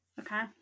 Okay